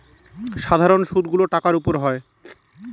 সাধারন সুদ গুলো টাকার উপর হয়